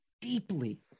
deeply